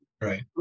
right